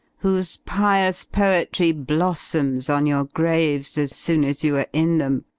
whose pious poetry blossoms on your graves as soon as you are in them,